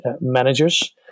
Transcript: managers